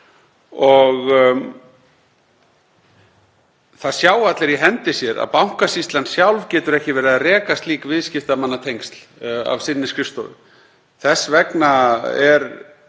Það sjá allir í hendi sér að Bankasýslan sjálf getur ekki verið að reka slík viðskiptamannatengsl af sinni skrifstofu. Þess vegna er